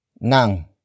Nang